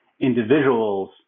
individuals